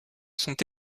sont